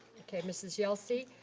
okay, mrs. yelsey.